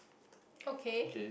okay